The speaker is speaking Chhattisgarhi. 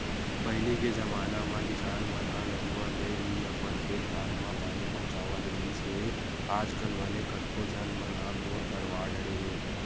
पहिली के जमाना म किसान मन ह नरूवा ले ही अपन खेत खार म पानी पहुँचावत रिहिस हे आजकल भले कतको झन मन ह बोर करवा डरे हे